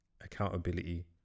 accountability